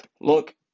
look